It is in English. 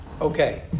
okay